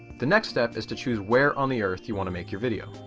the next step is to choose where on the earth you want to make your video.